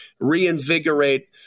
reinvigorate